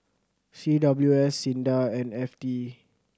C W S SINDA and F T